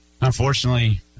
unfortunately